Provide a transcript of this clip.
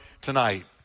tonight